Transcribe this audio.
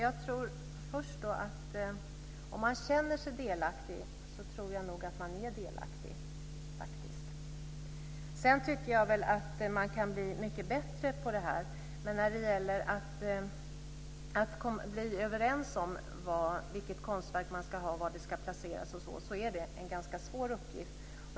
Herr talman! Om man känner sig delaktig tror jag nog att man är delaktig. Man kan bli mycket bättre på det här, men att bli överens om vilket konstverk man ska ha och var det ska placeras är en ganska svår uppgift.